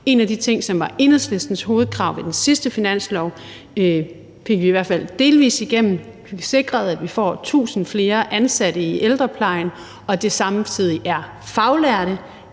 En af de ting, som var Enhedslistens hovedkrav ved den sidste finanslov, fik vi i hvert fald delvis igennem; vi fik sikret, at vi får 1.000 flere ansatte i ældreplejen, og at det samtidig er faglærte